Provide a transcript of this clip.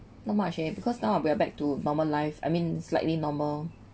not much eh because now we are back to normal life I mean slightly normal